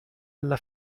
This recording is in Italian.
alla